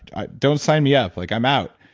ah don't sign me up. like i'm out.